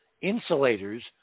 insulators